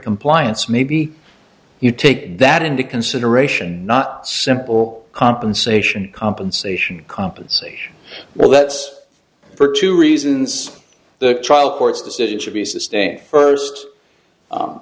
compliance maybe you take that into consideration not simple compensation compensation compensation or let's for two reasons the trial court's decision should be sustained first